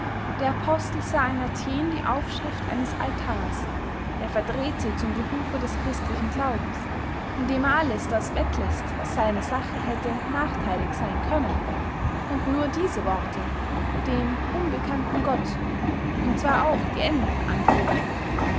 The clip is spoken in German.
der apostel sah in athen die aufschrift eines altars er verdreht sie zum behufe des christlichen glaubens indem er alles das wegläßt was seiner sache hätte nachtheilig seyn können und nur diese worte dem unbekannten gott und zwar auch geändert anführt